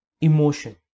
emotion